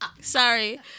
Sorry